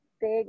big